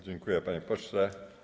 Dziękuję, panie pośle.